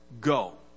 go